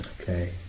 Okay